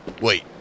Wait